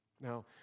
Now